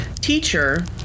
teacher